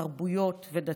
תרבויות ודתות,